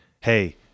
hey